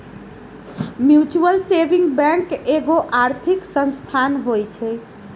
mutual saving bank एगो आर्थिक संस्थान होइ छइ